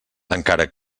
encara